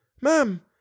ma'am